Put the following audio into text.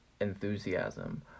enthusiasm